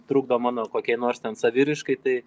trukdo mano kokiai nors ten saviraiškai tai